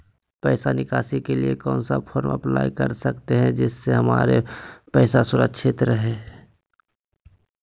पैसा निकासी के लिए कौन सा फॉर्म अप्लाई कर सकते हैं जिससे हमारे पैसा सुरक्षित रहे हैं?